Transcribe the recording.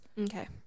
Okay